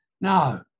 No